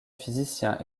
physicien